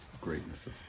greatness